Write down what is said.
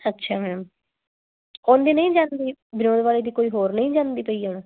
ਅੱਛਾ ਮੈਮ ਉਂਜ ਨਹੀਂ ਜਾ ਸਕਦੀ ਵਿਨੋਦ ਵਾਲੇ ਦੀ ਕੋਈ ਹੋਰ ਨਹੀਂ ਜਾਂਦੀ